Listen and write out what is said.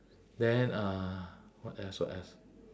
then uh what else what else